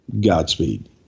Godspeed